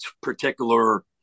particular